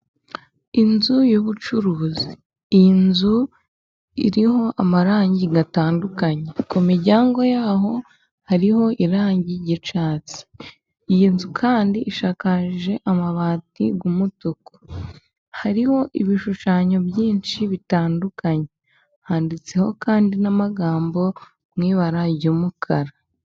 Inzu y'ubucuruzi. Iyi nzu iriho amarangi atandukanye. Ku miryango yaho hariho irangi ry'icyatsi. Iyi nzu kandi ishakaje amabati y'umutuku. Hariho ibishushanyo byinshi bitandukanye, handitseho kandi n'amagambo mu ibara ry'umukara.